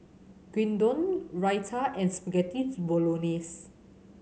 Gyudon Raita and Spaghetti Bolognese